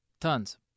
tons